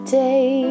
day